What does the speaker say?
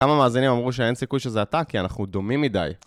כמה מאזינים אמרו שאין סיכוי שזה אתה כי אנחנו דומים מדי.